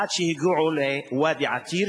עד שהגיעו לוואדי-עתיר,